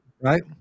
right